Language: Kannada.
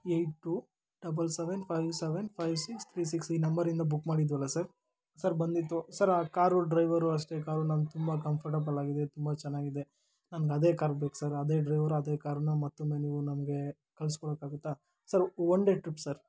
eight two double seven five seven five six three six ಈ ನಂಬರಿಂದ ಬುಕ್ ಮಾಡಿದ್ವಲ್ಲ ಸರ್ ಸರ್ ಬಂದಿತ್ತು ಸರ್ ಆ ಕಾರು ಡ್ರೈವರು ಅಷ್ಟೆ ಕಾರು ನಂಗೆ ತುಂಬ ಕಂಫರ್ಟೇಬಲ್ ಆಗಿದೆ ತುಂಬ ಚೆನ್ನಾಗಿದೆ ನನಗದೇ ಕಾರ್ ಬೇಕು ಸರ್ ಅದೇ ಡ್ರೈವರು ಅದೇ ಕಾರನ್ನ ಮತ್ತೊಮ್ಮೆ ನೀವು ನಮಗೆ ಕಳ್ಸಿ ಕೊಡೋಕಾಗುತ್ತಾ sir one day trip sir